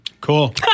Cool